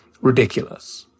ridiculous